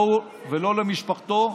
לא לו ולא למשפחתו,